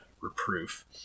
reproof